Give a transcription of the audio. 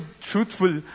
truthful